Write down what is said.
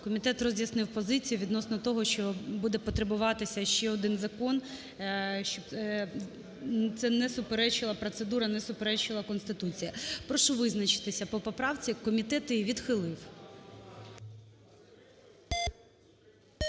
Комітет роз'яснив позицію відносно того, що буде потребуватися ще один закон, щоб це не суперечило, щоб ця процедура не суперечила Конституції. Прошу визначитися по поправці. Комітет її відхилив.